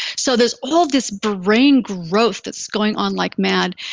so there's all this brain growth that's going on like mad,